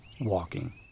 WALKING